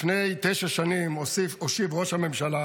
לפני תשע שנים הושיב ראש הממשלה,